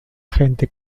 gente